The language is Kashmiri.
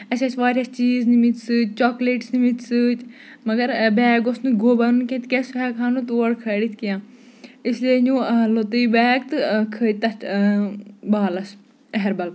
اَسہِ ٲسۍ واریاہ چیٖز نِمٕتۍ سۭتۍ چاکلیٹس نِمٕتۍ سۭتۍ مگر بیگ اوس گوٚب انُن تِکیازِ سُہ ہیٚکہو تور کھٲلِتھ کیٚنٛہہ اِس لیے نیوٗ لوٚتے بیگ تہٕ کھٔتۍ تَتھ بالَس ایہربَل